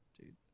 dude